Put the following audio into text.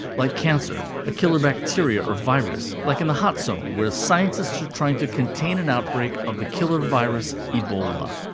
like cancer, a killer bacteria or virus, like in the hot zone, where scientists are trying to contain an outbreak of the killer virus, ebola.